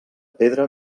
pedra